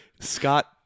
Scott